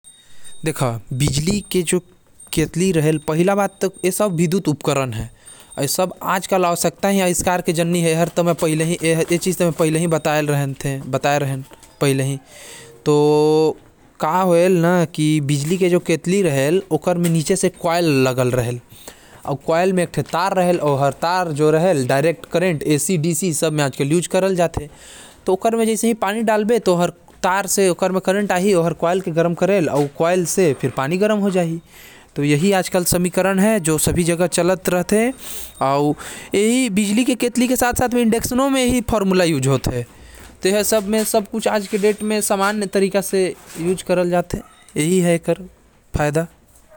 बिजली के केतली म नीचे कॉइल लगे रहेल जो एक तार के साथ गुजरे रहेल। जेकर म पानी गिरते अउ कॉइल गरम होये लागथे, बिजली मिले से ओ गरम हो जाथे अउ पानी ला गरम करे लागथे।